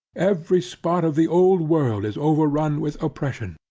every spot of the old world is overrun with oppression.